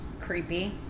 creepy